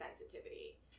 sensitivity